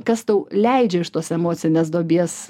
kas tau leidžia iš tos emocinės duobės